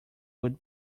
would